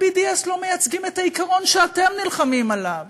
ה-BDS לא מייצגים את העיקרון שאתם נלחמים עליו,